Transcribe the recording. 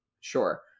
sure